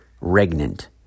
regnant